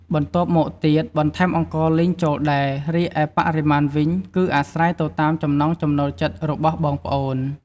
បន្ទាប់មកទៀត បន្ថែមអង្ករលីងចូលដែរ រីឯបរិមាណវិញ គឺអាស្រ័យទៅតាមចំណង់ចំណូលចិត្តរបស់បងប្អូន។